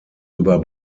über